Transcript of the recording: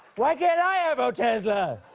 why can't i have otezla?